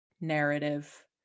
narrative